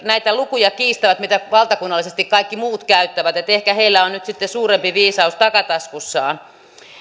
näitä lukuja kiistävät mitä valtakunnallisesti kaikki muut käyttävät ehkä heillä on nyt sitten suurempi viisaus takataskussaan